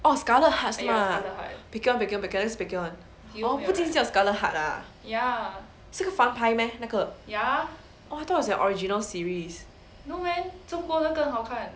orh scarlet hearts 是吗 baek hyun baek hyun baek hyun that's baek hyun orh 步步惊心叫 scarlet heart ah 是个翻拍 meh 那个 oh I thought is their original series